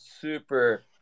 super